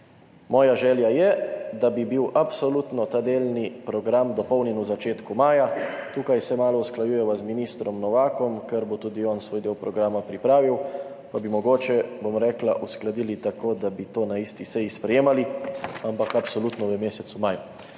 Moja želja je, da bi bil absolutno ta delni program dopolnjen v začetku maja, tukaj se malo usklajujeva z ministrom Novakom, ker bo tudi on svoj del programa pripravil, pa bi mogoče, bom rekla, uskladili tako, da bi to na isti seji sprejemali, ampak absolutno v mesecu maju.«